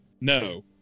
No